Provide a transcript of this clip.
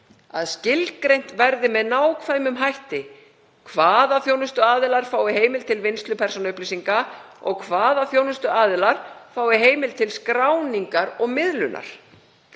að skilgreint verði með nákvæmum hætti hvaða þjónustuaðilar fái heimild til vinnslu persónuupplýsinga og hvaða þjónustuaðilar fái heimild til skráningar og miðlunar.